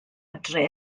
adre